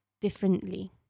differently